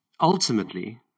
Ultimately